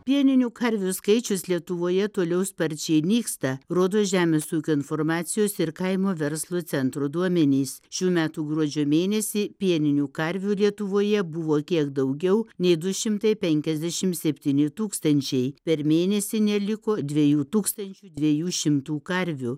pieninių karvių skaičius lietuvoje toliau sparčiai nyksta rodo žemės ūkio informacijos ir kaimo verslo centro duomenys šių metų gruodžio mėnesį pieninių karvių lietuvoje buvo kiek daugiau nei du šimtai penkiasdešim septyni tūkstančiai per mėnesį neliko dviejų tūkstančių dviejų šimtų karvių